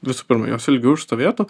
visų pirma jos ilgiau išstovėtų